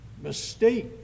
mistake